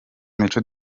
mico